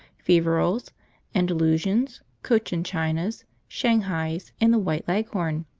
feverels, andalusians, cochin chinas, shanghais, and the white leghorn.